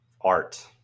art